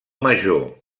major